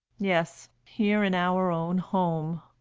yes here in our own home.